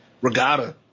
Regatta